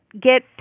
get